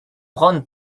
brown